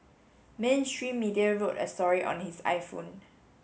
mainstream media wrote a story on his iPhone